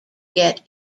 get